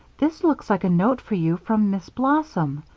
this looks like a note for you from miss blossom!